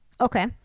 Okay